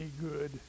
good